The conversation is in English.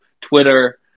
Twitter